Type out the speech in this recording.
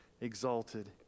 exalted